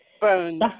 bones